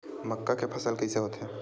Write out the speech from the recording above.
मक्का के फसल कइसे होथे?